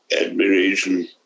admiration